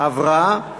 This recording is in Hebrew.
עברה.